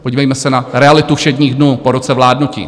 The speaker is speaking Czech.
Podívejme se na realitu všedních dnů po roce vládnutí.